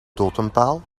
totempaal